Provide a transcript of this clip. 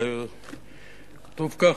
כתוב ככה,